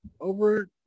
over